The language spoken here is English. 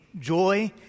joy